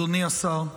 אדוני השר,